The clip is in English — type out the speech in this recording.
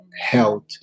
health